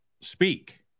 speak